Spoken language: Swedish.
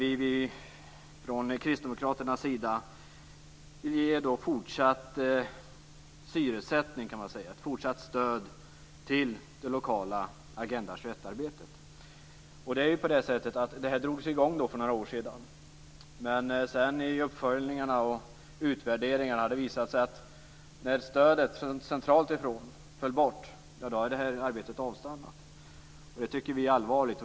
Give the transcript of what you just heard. Vi från kristdemokraternas sida vill ge fortsatt syresättning, kan man säga, alltså fortsatt stöd, till det lokala Agenda 21 Det här drogs ju i gång för några år sedan. I uppföljningarna och utvärderingarna har det sedan visat sig att när det centrala stödet fallit bort har det här arbetet avstannat. Det tycker vi är allvarligt.